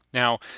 now,